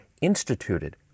instituted